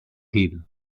hill